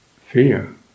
fear